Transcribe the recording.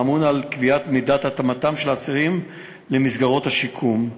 האמון על קביעת מידת התאמתם של אסירים למסגרות שיקום.